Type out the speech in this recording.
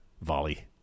volley